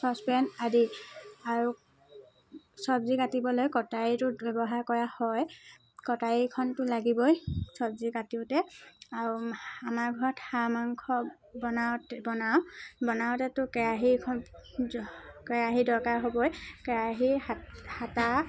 saucepan আদি আৰু চব্জি কাটিবলৈ কটাৰীটো ব্যৱহাৰ কৰা হয় কটাৰীখনটো লাগিবই চব্জি কাটোতে আৰু আমাৰ ঘৰত হাঁহ মাংস বনাওঁত বনাওঁ বনাওঁতেটো কেৰাহী এখন কেৰাহী দৰকাৰ হ'বই কেৰাহী হা হাতা